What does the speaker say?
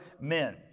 men